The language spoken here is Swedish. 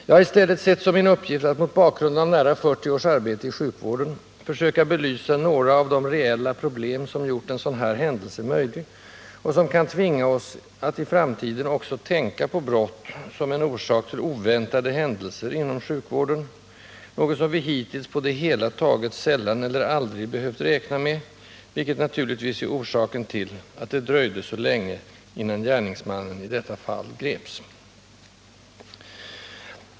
Jag har i stället sett som min uppgift att, mot bakgrund av nära 40 års arbete i sjukvården, försöka belysa några av de reella problem som gjort en sådan händelse möjlig och som kan tvinga oss att i framtiden också tänka på brott som en orsak till oväntade händelser inom sjukvården — något som vi hittills på det hela taget sällan eller aldrig behövt räkna med, vilket naturligtvis är orsaken till att det dröjde så länge innan gärningsmannen i detta fall greps.